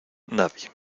nadie